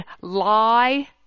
lie